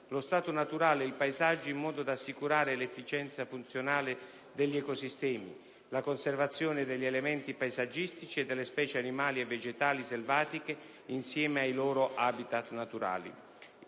lo stato naturale ed il paesaggio, in modo da assicurare l'efficienza funzionale degli ecosistemi, la conservazione degli elementi paesaggistici e delle specie animali e vegetali selvatiche insieme ai loro *habitat* naturali.